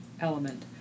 element